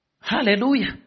Hallelujah